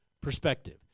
perspective